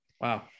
Wow